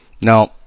Now